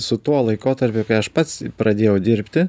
su tuo laikotarpiu kai aš pats pradėjau dirbti